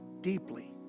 deeply